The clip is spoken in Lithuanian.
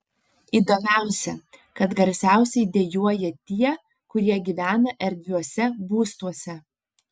įdomiausia kad garsiausiai dejuoja tie kurie gyvena erdviuose būstuose